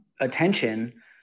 attention